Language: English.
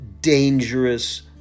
dangerous